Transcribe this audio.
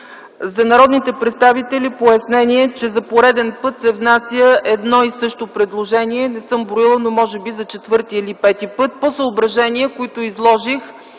За народните представители – пояснение, че за пореден път се внася едно и също предложение. Не съм броила, но може би това е за четвърти или пети път. По съображения, които изложих